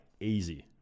easy